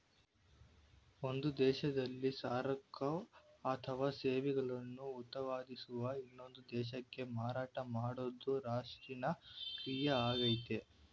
ಒಂದು ದೇಶದಲ್ಲಿ ಸರಕು ಅಥವಾ ಸೇವೆಗಳನ್ನು ಉತ್ಪಾದಿಸುವ ಇನ್ನೊಂದು ದೇಶಕ್ಕೆ ಮಾರಾಟ ಮಾಡೋದು ರಫ್ತಿನ ಕ್ರಿಯೆಯಾಗಯ್ತೆ